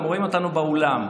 רואים אותנו גם בעולם,